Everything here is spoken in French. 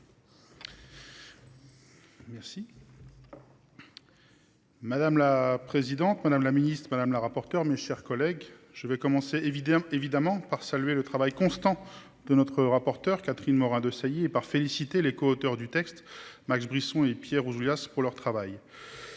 Madame la présidente, madame la ministre, mes chers collègues, je commence évidemment par saluer la constance de notre rapporteure Catherine Morin-Desailly et par féliciter les coauteurs du texte, Max Brisson et Pierre Ouzoulias, pour leur travail.